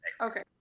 Okay